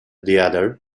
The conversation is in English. theatre